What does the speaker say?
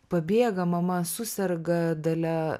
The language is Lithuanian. pabėga mama suserga dalia